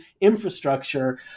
infrastructure